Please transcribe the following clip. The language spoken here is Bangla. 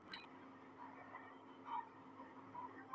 কচিরা অনেক সময় টাকা জমায় পিগি ব্যাংকে যেটা এক ধরণের খেলনা